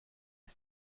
der